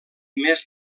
més